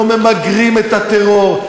לא ממגרים את הטרור.